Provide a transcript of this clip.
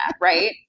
right